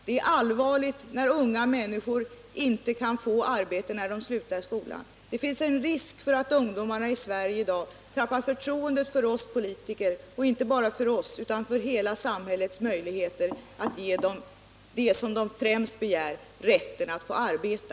Det är allvarligt att unga människor inte kan få arbete när de slutat skolan. Det finns en risk för att ungdomarna i Sverige i dag tappar förtroendet inte bara för oss politiker utan för hela samhället när det gäller möjligheterna att ge dem det som de främst begär, nämligen rätten att få arbeta.